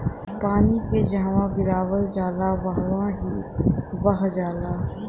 पानी के जहवा गिरावल जाला वहवॉ ही बह जाला